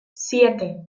siete